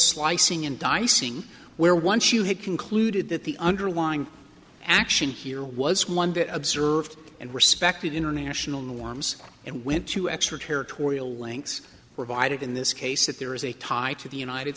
slicing and dicing where once you had concluded that the underlying action here was one that observed and respected international norms and went to extra territorial links provided in this case if there is a tie to the united